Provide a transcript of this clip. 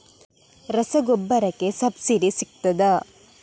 ರಸಗೊಬ್ಬರಕ್ಕೆ ಸಬ್ಸಿಡಿ ಸಿಗ್ತದಾ?